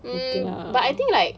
okay lah